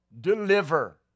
deliver